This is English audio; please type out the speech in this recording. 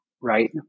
right